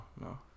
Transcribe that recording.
no